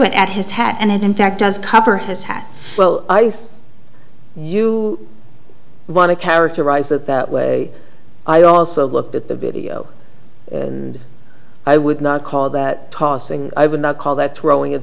it at his hat and in fact does cover his hat well i guess you want to characterize it that way i also looked at the video i would not call that tossing i would not call that throwing